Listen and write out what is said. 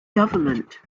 government